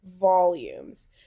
volumes